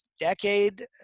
decade